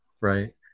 right